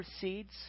seeds